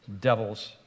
Devil's